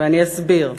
ואני אסביר.